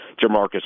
Jamarcus